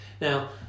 Now